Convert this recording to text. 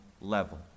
level